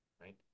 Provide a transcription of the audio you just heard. right